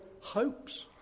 hopes